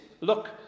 Look